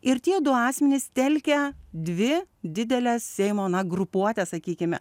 ir tie du asmenys telkia dvi dideles seimo na grupuotes sakykime